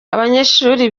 abanyeshuri